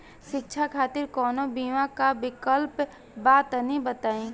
शिक्षा खातिर कौनो बीमा क विक्लप बा तनि बताई?